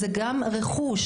זה גם רכוש.